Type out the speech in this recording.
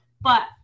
but-